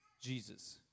Jesus